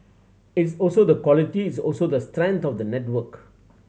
it's also the quality it's also the strength of the network